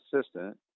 assistant